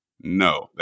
No